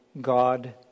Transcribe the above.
God